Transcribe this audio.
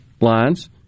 lines